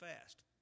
fast